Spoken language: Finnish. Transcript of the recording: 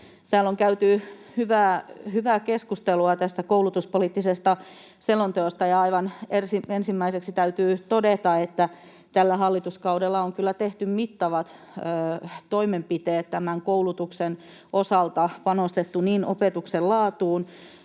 Täällä on käyty hyvää keskustelua tästä koulutuspoliittisesta selonteosta, ja aivan ensimmäiseksi täytyy todeta, että tällä hallituskaudella on kyllä tehty mittavat toimenpiteet tämän koulutuksen osalta, panostettu niin opetuksen laatuun,